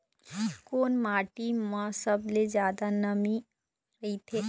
कोन माटी म सबले जादा नमी रथे?